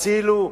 הצילו.